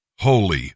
Holy